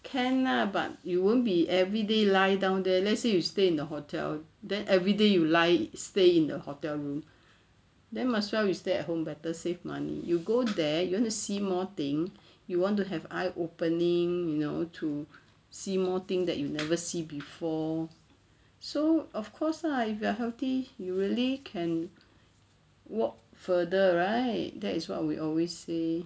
can lah but you won't be everyday lie down there let's say you stay in the hotel then everyday you lie stay in the hotel room then must well you stay at home better save money you go there you wanna see more thing you want to have eye opening you know to see more thing that you never see before so of course lah if you are healthy you really can walk further right that is what we always say